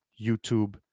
YouTube